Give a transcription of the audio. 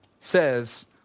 says